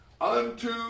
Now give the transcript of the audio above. unto